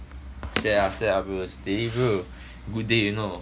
set ah set ah bro steady bro good day you know